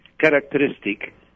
characteristic